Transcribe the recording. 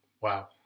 wow